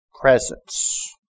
presence